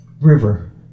River